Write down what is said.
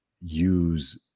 use